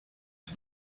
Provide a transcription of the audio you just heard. for